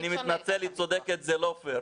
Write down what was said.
אני מתנצל, היא צודקת, זה לא פר.